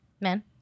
Men